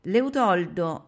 Leutoldo